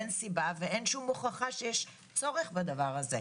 אין סיבה, ואין שום הוכחה שיש צורך בדבר הזה.